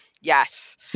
yes